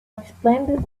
explained